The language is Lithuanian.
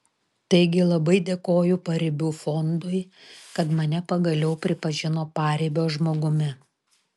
taigi labai dėkoju paribių fondui kad mane pagaliau pripažino paribio žmogumi